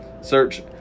Search